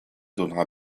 donnera